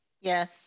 Yes